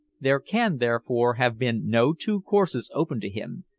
there can therefore have been no two courses open to him.